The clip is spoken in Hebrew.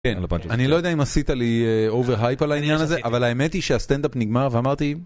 אני לא יודע אם עשית לי עובר הייפ על העניין הזה אבל האמת היא שהסטנדאפ נגמר ואמרתי.